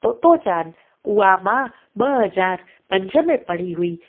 तोतो चांद उहा मां ॿ हज़ार पंज में पढ़ी हुई